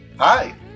Hi